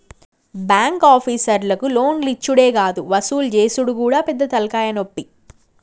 బాంకాపీసర్లకు లోన్లిచ్చుడే గాదు వసూలు జేసుడు గూడా పెద్ద తల్కాయనొప్పి